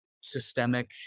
systemic